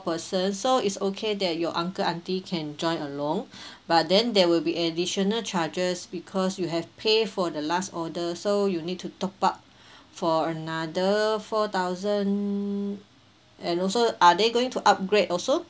person so it's okay that your uncle aunty can join along but then there will be additional charges because you have pay for the last order so you need to top up for another four thousand and also are they going to upgrade also